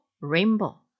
rainbow